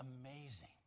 amazing